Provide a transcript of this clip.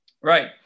Right